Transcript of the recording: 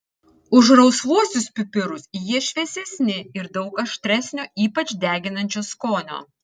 už rausvuosius pipirus jie šviesesni ir daug aštresnio ypač deginančio skonio